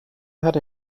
hade